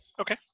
okay